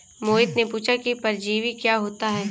मोहित ने पूछा कि परजीवी क्या होता है?